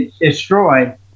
destroyed